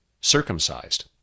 circumcised